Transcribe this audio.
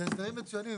זה הסדרים מצוינים,